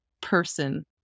person